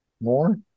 more